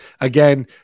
again